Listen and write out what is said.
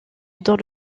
dans